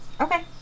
Okay